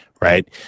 right